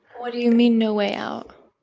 what do you mean no way out?